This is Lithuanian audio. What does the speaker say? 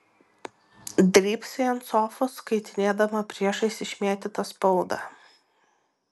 drybsai ant sofos skaitinėdama priešais išmėtytą spaudą